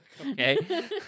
okay